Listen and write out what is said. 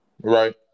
Right